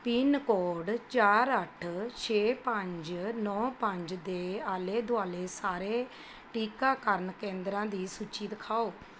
pin code ਚਾਰ ਅੱਠ ਛੇ ਪੰਜ ਨੌਂ ਪੰਜ ਦੇ ਆਲੇ ਦੁਆਲੇ ਸਾਰੇ ਟੀਕਾਕਰਨ ਕੇਂਦਰਾਂ ਦੀ ਸੂਚੀ ਦਿਖਾਓ